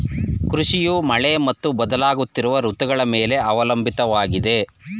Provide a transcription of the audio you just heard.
ಕೃಷಿಯು ಮಳೆ ಮತ್ತು ಬದಲಾಗುತ್ತಿರುವ ಋತುಗಳ ಮೇಲೆ ಅವಲಂಬಿತವಾಗಿದೆ